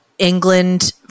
england